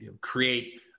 create